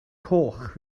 coch